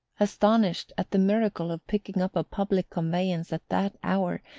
astonished at the miracle of picking up a public conveyance at that hour,